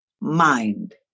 mind